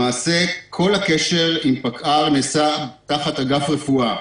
למעשה כל הקשר עם פקע"ר נעשה תחת אגף רפואה.